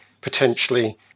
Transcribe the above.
potentially